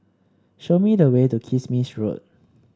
show me the way to Kismis Road